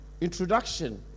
introduction